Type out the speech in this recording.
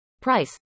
Price